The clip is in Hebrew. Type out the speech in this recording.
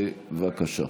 בבקשה.